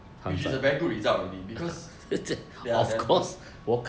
which is a very good result already because ya then don't